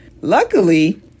luckily